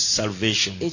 salvation